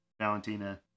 Valentina